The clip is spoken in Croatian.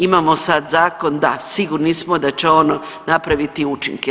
Imamo sada zakon, da sigurni smo da će on napraviti učinke.